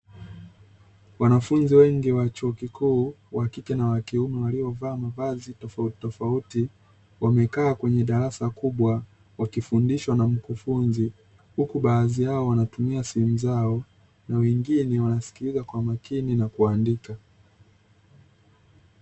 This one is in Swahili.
Wanafunzi wengi wa chuo kikuu wa kike na wa kiume waliovaa mavazi tofauti tofauti wamekaa kwenye darasa kubwa wakifundishwa na mkufunzi huku baadhi yao wanatumia simu zao na wengine wanasikiliza kwa makini na kuandika.